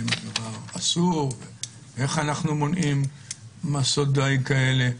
אם הדבר אסור ואיך אנחנו מונעים מסעות דיג כאלה.